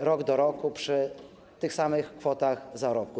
rok do roku przy tych samych kwotach zarobków.